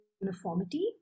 uniformity